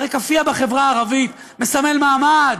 הרי כאפיה בחברה הערבית מסמלת מעמד,